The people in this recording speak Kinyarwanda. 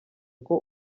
uko